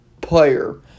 player